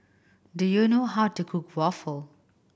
do you know how to cook waffle